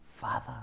father